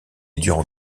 durant